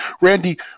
Randy